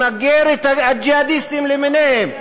למגר את הג'יהאדיסטים למיניהם.